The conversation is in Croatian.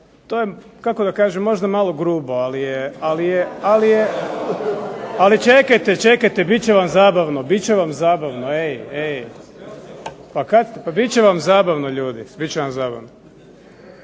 To je kako da kažem možda malo grubo, ali čekajte, čekajte bit će vam zabavno, bit će vam zabavno ej, ej. Bit će vam zabavno. A znate što ste izjavili